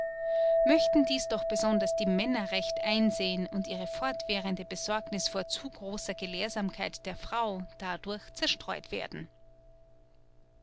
möchten dies doch besonders die männer recht einsehen und ihre fortwährende besorgniß vor zu großer gelehrsamkeit der frau dadurch zerstreut werden